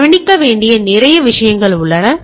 எனவே கவனிக்க வேண்டிய நிறைய விஷயங்கள் உள்ளன